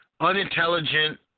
unintelligent